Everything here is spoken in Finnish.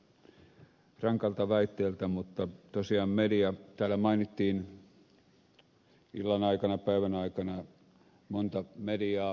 tämä kuulostaa ehkä rankalta väitteeltä mutta tosiaan media täällä mainittiin päivän aikana illan aikana monta mediaa